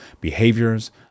behaviors